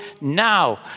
now